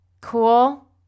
Cool